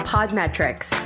Podmetrics